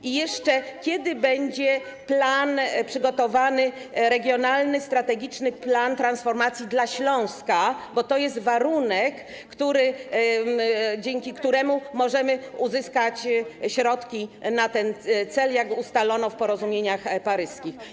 I jeszcze kiedy będzie przygotowany regionalny, strategiczny plan transformacji dla Śląska, bo to jest warunek, dzięki któremu możemy uzyskać środki na ten cel, jak ustalono w porozumieniach paryskich?